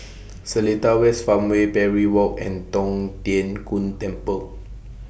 Seletar West Farmway Parry Walk and Tong Tien Kung Temple